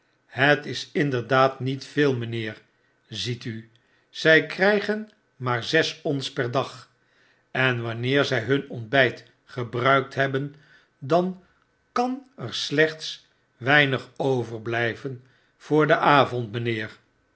het is inderdaad niet veel mynheer ziet u zy krygen maarzesons eer dag en wanneer zy hun ontbyt gebruikt ebben dan jean er slechts weinig overblijven voor den avond mijnheer